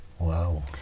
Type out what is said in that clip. Wow